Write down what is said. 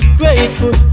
grateful